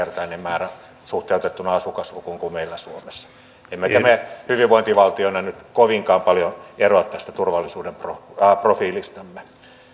kaksinkertainen määrä suhteutettuna asukaslukuun kuin meillä suomessa emmekä me hyvinvointivaltiona nyt kovinkaan paljon eroa tästä turvallisuuden profiilistamme